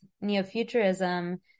neo-futurism